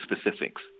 specifics